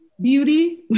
beauty